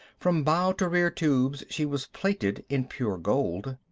from bow to rear tubes she was plated in pure gold.